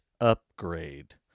Upgrade